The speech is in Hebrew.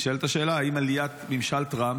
עם עליית ממשל טראמפ,